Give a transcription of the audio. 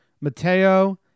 Mateo